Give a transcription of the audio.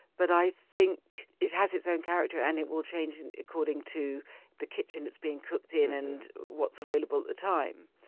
but i think it has its own character and it will change according to the kitchen it's being cooked in and what's available at the time.